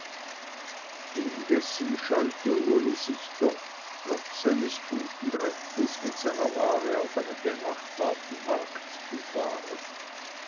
indessen scheute uli sich doch trotz seines guten rechtes mit seiner ware auf einen benachbarten markt zu fahren